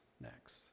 next